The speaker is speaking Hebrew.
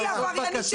אני עבריינית?